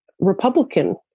Republican